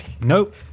Nope